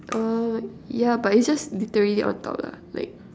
uh yeah but is just literally on top lah like